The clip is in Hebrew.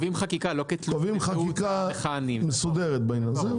קובעים חקיקה מסודרת בעניין.